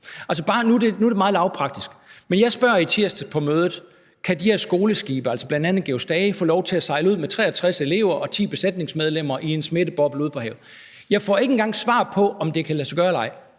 Nu er det meget lavpraktisk, men jeg spørger i tirsdags på mødet, om de her skoleskibe, altså bl.a. Georg Stage, få lov til at sejle ud med 63 elever og 10 besætningsmedlemmer i en smitteboble ude på havet, men jeg får ikke engang svar på, om det kan lade sig gøre eller ej.